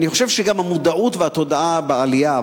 אני חושב שגם המודעות והתודעה בעלייה,